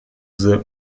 the